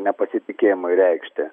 nepasitikėjimui reikšti